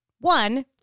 one